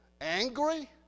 angry